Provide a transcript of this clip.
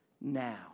now